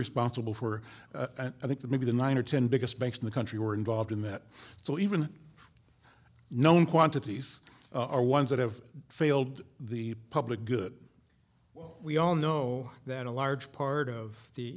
responsible for i think the maybe the nine or ten biggest banks in the country were involved in that so even known quantities are ones that have failed the public good well we all know that a large part of the